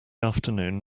afternoon